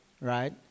right